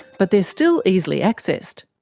but they're still easily accessed.